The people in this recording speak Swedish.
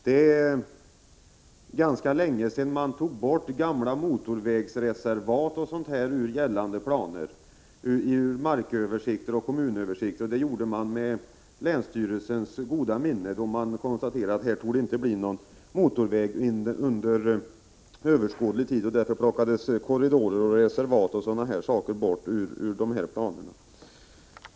Det är ganska länge sedan man tog bort gamla motorvägsreservat o. d. ur gällande planer — marköversikter och kommunöversikter. Det gjorde man med länsstyrelsens goda minne. Man konstaterade att här torde inte bli någon motorväg under överskådlig tid, och därför plockades korridorer, reservat osv. bort ur dessa planer.